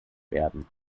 werden